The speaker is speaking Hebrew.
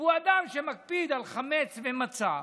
והוא אדם שמקפיד על חמץ ומצה,